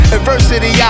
Adversity